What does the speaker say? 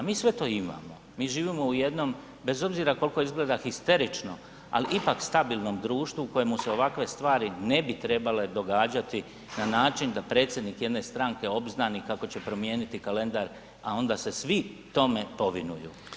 Mi sve to imamo, mi živimo u jednom, bez obzira koliko izgleda histerično ali ipak stabilnome društvu u kojemu se ovakve stvari ne bi trebale događati na način da predsjednik jedne stranke obznani kako će promijeniti kalendar a onda se svi tome povinuju.